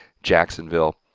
jacksonville,